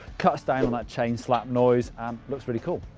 cuts down on the chain-slap noise and looks really cool.